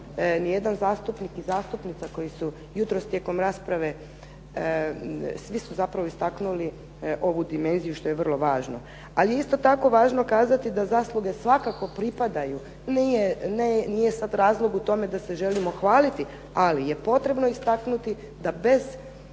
ni jedan zastupnik i zastupnica koji su jutros tijekom rasprave, svi su zapravo istaknuli ovu dimenziju što je vrlo važno. Ali je isto tako važno kazati da zasluge svakako pripadaju. Nije sad razlog u tome da se želimo hvaliti, ali je potrebno istaknuti da bez